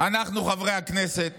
אנחנו חברי הכנסת